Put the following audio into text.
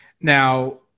Now